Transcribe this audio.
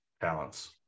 talents